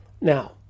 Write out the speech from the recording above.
Now